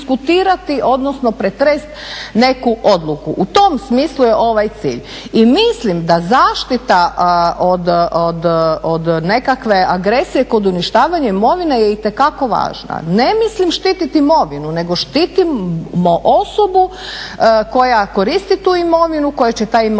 odnosno pretresti neku odluku. U tom smislu je ovaj cilj. I mislim da zaštita od nekakve agresije kod uništavanja imovine je itekako važna. Ne mislim štititi imovinu, nego štitimo osobu koja koristi tu imovinu, kojoj će ta imovina